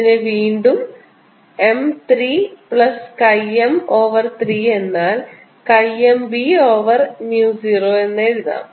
ഇതിനെ വീണ്ടും m 3 plus chi m over 3 എന്നാൽ chi m b over mu 0 എന്ന് എഴുതാം